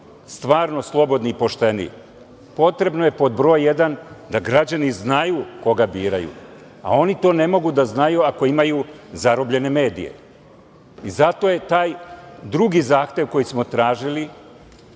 stvarno slobodni i pošteni, potrebno je, pod broj jedan, da građani znaju koga biraju, a oni to ne mogu da znaju ako imaju zarobljene medije. Zato je taj drugi zahtev koji smo tražili,